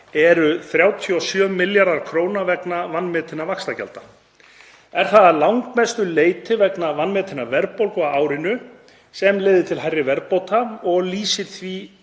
er 37 milljarðar kr. vegna vanmetinna vaxtagjalda. Er það að langmestu leyti vegna vanmetinnar verðbólgu á árinu sem leiðir til hærri verðbóta, og lýsir því